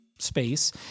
space